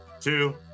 two